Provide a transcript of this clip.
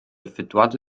effettuate